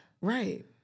Right